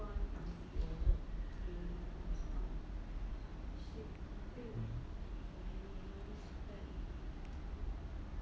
oh